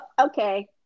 okay